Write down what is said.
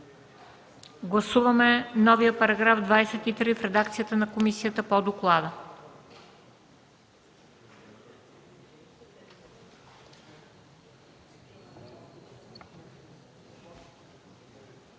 Гласуваме новия § 9 в редакцията на комисията по доклада.